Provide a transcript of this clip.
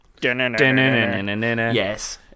Yes